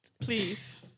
Please